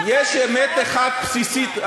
יש אמת אחת בסיסית,